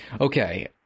Okay